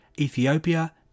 Ethiopia